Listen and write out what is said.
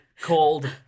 called